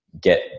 get